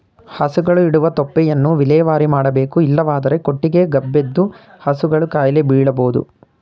ಹಸುಗಳು ಇಡುವ ತೊಪ್ಪೆಯನ್ನು ವಿಲೇವಾರಿ ಮಾಡಬೇಕು ಇಲ್ಲವಾದರೆ ಕೊಟ್ಟಿಗೆ ಗಬ್ಬೆದ್ದು ಹಸುಗಳು ಕಾಯಿಲೆ ಬೀಳಬೋದು